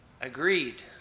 agreed